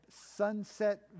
sunset